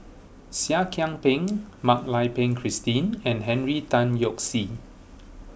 Seah Kian Peng Mak Lai Peng Christine and Henry Tan Yoke See